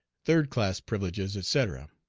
third-class privileges, etc.